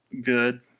good